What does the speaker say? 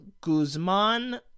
Guzman